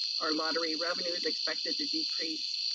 our lottery revenue is expected to decrease,